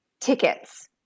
tickets